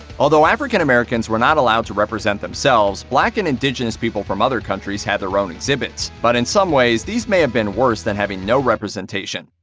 although african americans were not allowed to represent themselves, black and indigenous people from other countries had their own exhibits. but in some ways, these may have been worse than having no representation.